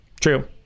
True